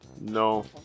No